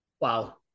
Wow